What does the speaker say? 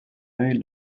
œil